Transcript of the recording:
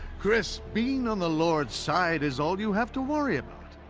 chris, being on the lord's side is all you have to worry about.